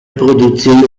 produzioni